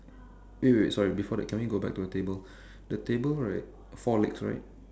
wait wait wait sorry before that can we go back to the table the table right four legs right